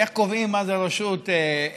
איך קובעים מה זה רשות איתנה?